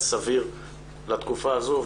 בהחלט פתרון סביר לתקופה הזו.